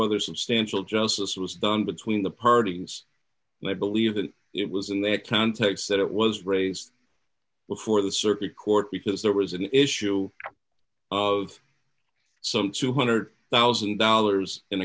whether substantial justice was done between the parties and i believe that it was in their context that it was raised before the circuit court because there was an issue of some two hundred thousand dollars in